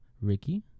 Ricky